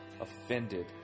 offended